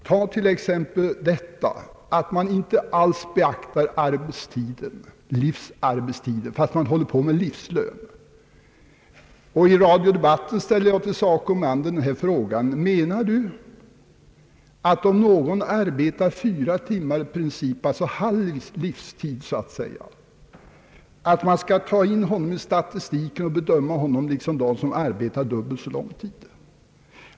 Ta till exempel det förhållandet att man inte alls beaktar livsarbetstiden fastän man håller på med livslön. I radiodebatten frågade jag SACO mannen om han menade att man, om någon arbetar fyra timmar om dagen — alltså i princip halv livstid — skulle ta med denna person i statistiken och bedöma honom på samma sätt som en person som arbetar dubbelt så lång tid.